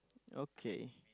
okay